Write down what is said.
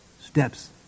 Steps